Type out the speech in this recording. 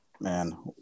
Man